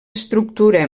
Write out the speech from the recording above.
estructura